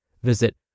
Visit